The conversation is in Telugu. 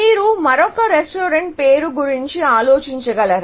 మీరు మరొక రెస్టారెంట్ పేరు గురించి ఆలోచించగలరా